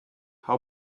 how